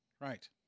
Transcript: right